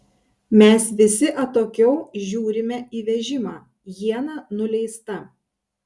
mes visi atokiau žiūrime į vežimą iena nuleista